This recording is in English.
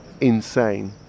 insane